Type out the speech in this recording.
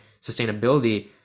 sustainability